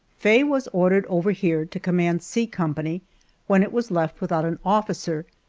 faye was ordered over here to command c company when it was left without an officer,